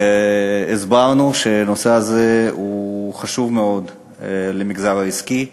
והסברנו שהנושא הזה חשוב מאוד למגזר העסקי,